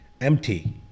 empty